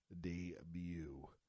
debut